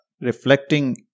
reflecting